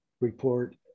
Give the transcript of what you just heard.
report